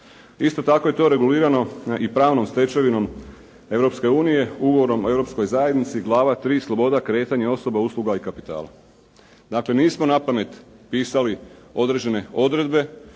Isto tako je to regulirano i pravnom stečevinom Europske unije Ugovorom u Europskoj zajednici, glava 3. Sloboda kretanja osoba, usluga i kapitala. Dakle, nismo napamet pisali određene odredbe,